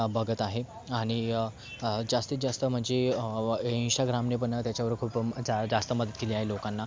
बघत आहे आणि जास्तीत जास्त म्हणजे इंस्टाग्रामने पण त्याच्यावर खूप जा जास्त मदत केली आहे लोकांना